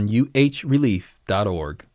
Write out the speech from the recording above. uhrelief.org